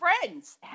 friends